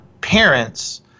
parents